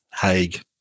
Haig